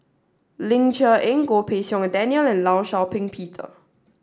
Ling Cher Eng Goh Pei Siong Daniel and Law Shau Ping Peter